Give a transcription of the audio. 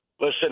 Listen